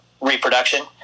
reproduction